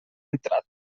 entrat